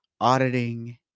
auditing